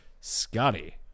Scotty